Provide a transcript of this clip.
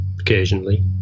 occasionally